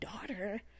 daughter